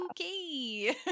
okay